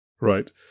right